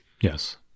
Yes